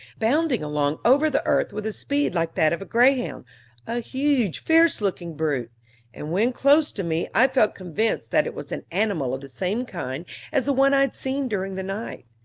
bounding along over the earth with a speed like that of a greyhound a huge, fierce-looking brute and when close to me, i felt convinced that it was an animal of the same kind as the one i had seen during the night.